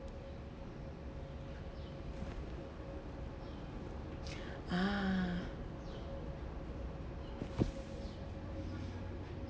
ah